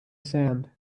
sand